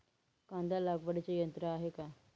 कांदा लागवडीचे यंत्र आहे का?